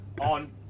on